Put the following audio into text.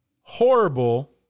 horrible